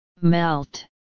Melt